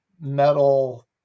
metal